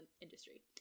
industry